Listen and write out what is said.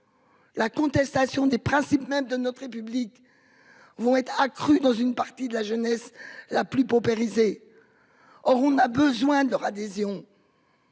La contestation des principes mêmes de notre République. Vont être accrue dans une partie de la jeunesse la plus paupérisées. Or on a besoin de leur adhésion.